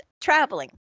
traveling